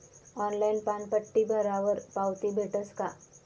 Online पानपट्टी भरावर पावती भेटस का?